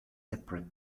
separate